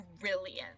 brilliant